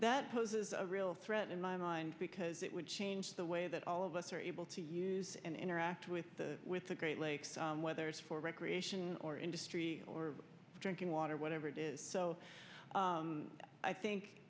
that poses a real threat in my mind because it would change the way that all of us are able to use and interact with the with the great lakes whether it's for recreation or industry or drinking water whatever it is so i think